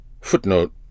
footnote